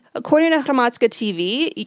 according to hromadske tv,